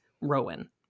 Rowan